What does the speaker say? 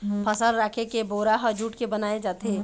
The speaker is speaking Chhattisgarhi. फसल राखे के बोरा ह जूट के बनाए जाथे